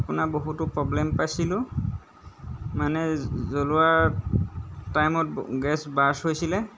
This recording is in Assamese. আপোনাৰ বহুতো প্ৰব্লেম পাইছিলোঁ মানে জ্বলোৱাৰ টাইমত গেছ বাৰ্ষ্ট হৈছিলে